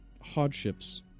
hardships